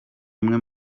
imwe